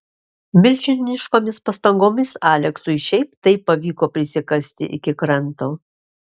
milžiniškomis pastangomis aleksui šiaip taip pavyko prisikasti iki kranto